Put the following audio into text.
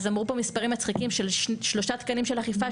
אז אמרו פה מספרים מצחיקים של שלושה תקנים של אכיפה,